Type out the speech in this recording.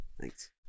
thanks